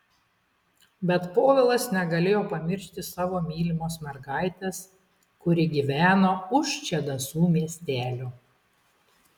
bet povilas negalėdavo pamiršti savo mylimos mergaitės kuri gyveno už čedasų miestelio